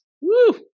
Woo